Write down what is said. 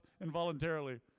involuntarily